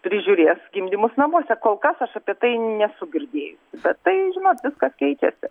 prižiūrės gimdymus namuose kol kas aš apie tai nesu girdėjus bet tai žinot viskas keičiasi